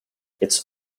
its